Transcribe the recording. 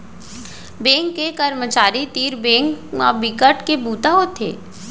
bank के करमचारी तीर बेंक म बिकट के बूता होथे